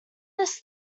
this